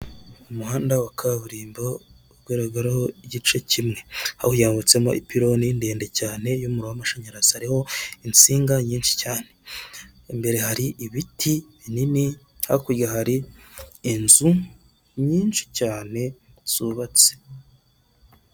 Ni inzu itangirwamo serivisi, iruhande hari uturarabyo hagati hari gutambukamo umugabo wambaye ishati y'ubururu, hirya gato hari abicaye bigaragara ko bategereje kwakirwa.